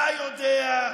אתה יודע,